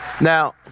now